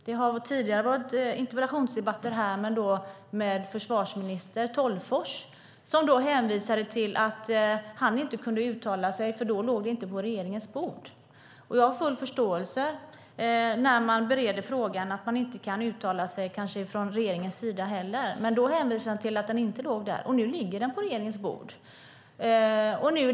Det har tidigare varit interpellationsdebatter här, men då med försvarsminister Tolgfors, som hänvisade till att han inte kunde uttala sig eftersom frågan inte låg på regeringens bord. När man bereder frågan har jag full förståelse för att man kanske inte kan uttala sig från regeringens sida. Men då hänvisade försvarsministern till att frågan inte låg på regeringens bord, och nu ligger den där.